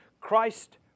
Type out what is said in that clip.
Christ